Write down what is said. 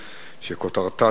שכותרתה: